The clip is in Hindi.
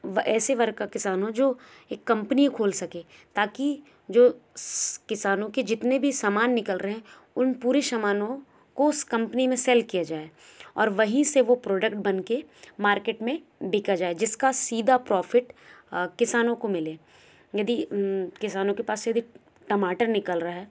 ऐसे वर्ग का किसान हो जो एक कंपनी खोल सकें ताकि जो किसानों के जितने भी सामान निकल रहे हैं उन पूरी सामानों को उस कंपनी में सेल किया जाए और वहीं से वो प्रोडक्ट बनकर मार्केट में बेचा जाए जिसका सीधा प्रॉफ़िट किसानों को मिले यदि किसानों के पास से यदि टमाटर निकल रहा है